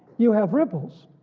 you have ripples,